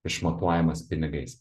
išmatuojamas pinigais